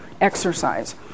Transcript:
exercise